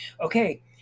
okay